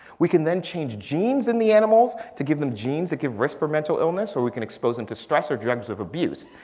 we can then change genes in the animals to give them genes that give risk for mental illness. or we can expose them to stress or drugs of abuse.